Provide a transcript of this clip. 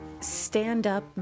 stand-up